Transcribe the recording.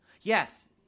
Yes